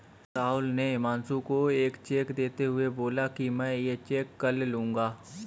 राहुल ने हुमांशु को एक चेक देते हुए बोला कि मैं ये चेक कल लूँगा